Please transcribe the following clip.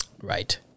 Right